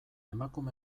emakume